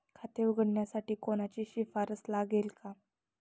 खाते उघडण्यासाठी कोणाची शिफारस लागेल का?